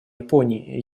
японии